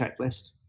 checklist